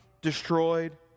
destroyed